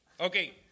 Okay